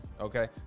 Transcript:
Okay